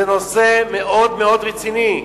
זה נושא מאוד מאוד רציני.